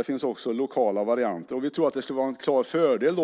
Det finns också lokala varianter. Vi tror att det skulle vara en klar fördel